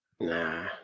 nah